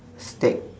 stack